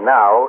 now